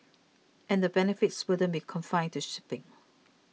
and the benefits wouldn't be confined to shipping